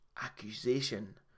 accusation